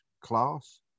class